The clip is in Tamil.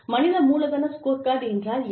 மனித மூலதன ஸ்கோர்கார்டு என்றால் என்ன